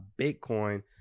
Bitcoin